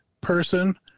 person